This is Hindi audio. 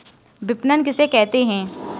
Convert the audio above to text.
विपणन किसे कहते हैं?